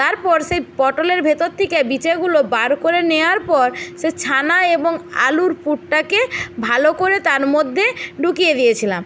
তারপর সেই পটলের ভেতর থেকে বিচগুলো বার করে নেওয়ার পর সে ছানা এবং আলুর পুরটাকে ভালো করে তার মধ্যে ঢুকিয়ে দিয়েছিলাম